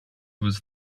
was